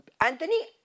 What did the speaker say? Anthony